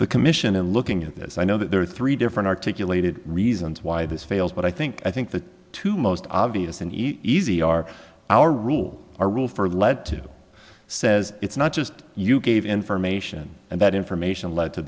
the commission in looking at this i know that there are three different articulated reasons why this fails but i think i think the two most obvious and easy are our rules our rule for lead to says it's not just you gave information and that information led to